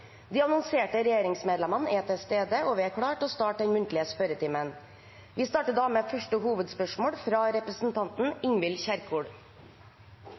De annonserte regjeringsmedlemmene er til stede, og vi er klare til å starte den muntlige spørretimen. Vi starter med første hovedspørsmål, fra representanten Ingvild Kjerkol.